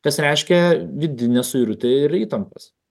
kas reiškia vidinę suirutę ir įtampas